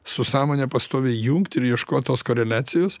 su sąmone pastoviai jungt ir ieškoti tos koreliacijos